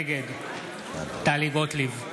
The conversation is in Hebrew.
נגד טלי גוטליב,